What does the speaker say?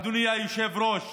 אדוני היושב-ראש,